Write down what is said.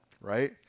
Right